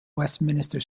westminster